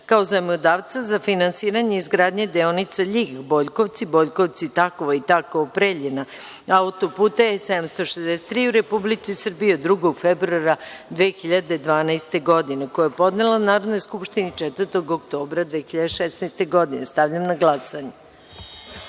kao zajmodavca, za finansiranje izgradnje deonice Ljig-Bojkovci, Bojkovci-Takovo i Takovo-Preljina auto-puta E-763 u Republici Srbiji od 2. februara 2012. godine, koji je podnela Narodnoj skupštini 4. oktobra 2016. godine. Stavljam na